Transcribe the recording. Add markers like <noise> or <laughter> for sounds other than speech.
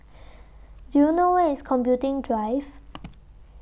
Do YOU know Where IS Computing Drive <noise>